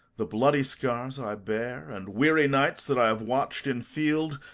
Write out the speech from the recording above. the bloody scars i bear, and weary nights that i have watched in field,